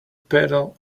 pedal